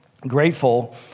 grateful